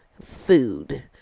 food